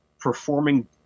performing